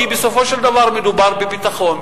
כי בסופו של דבר מדובר בביטחון.